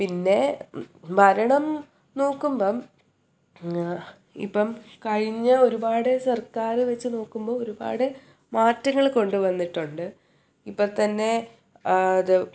പിന്നെ ഭരണം നോക്കുമ്പം ഇപ്പം കഴിഞ്ഞ ഒരുപാട് സർക്കാർ വച്ചു നോക്കുമ്പോൾ ഒരുപാട് മാറ്റങ്ങൾ കൊണ്ടുവന്നിട്ടുണ്ട് ഇപ്പോൾത്തന്നെ അത്